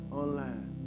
online